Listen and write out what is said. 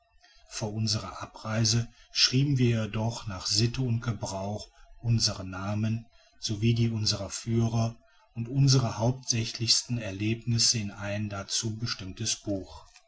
vor unserer abreise schrieben wir jedoch nach sitte und gebrauch unsere namen so wie die unserer führer und unsere hauptsächlichsten erlebnisse in ein dazu bestimmtes buch